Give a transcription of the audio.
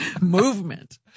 Movement